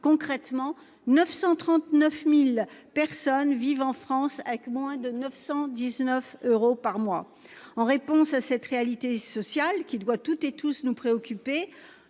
Concrètement, 939.000 personnes vivent en France avec moins de 919 euros par mois. En réponse à cette réalité sociale qui doit toutes et tous nous préoccuper